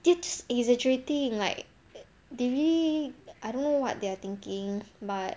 its irritating like they really I don't know what they're thinking but